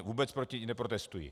A vůbec proti ní neprotestuji.